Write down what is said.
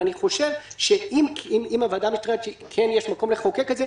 אם הוועדה מחליטה שיש מקום לחוקק את זה,